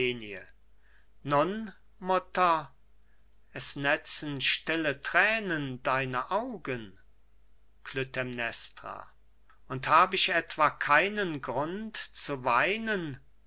es netzten stille thränen deine augen klytämnestra und hab ich etwa keinen grund zu weinen